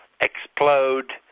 explode